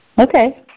Okay